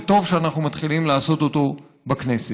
וטוב שאנחנו מתחילים לעשות אותו בכנסת.